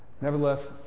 Nevertheless